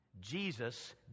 Jesus